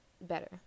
better